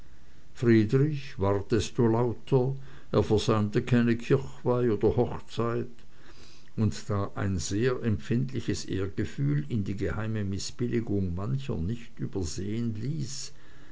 friedrich ward desto lauter er versäumte keine kirchweih oder hochzeit und da ein sehr empfindliches ehrgefühl ihn die geheime mißbilligung mancher nicht übersehen ließ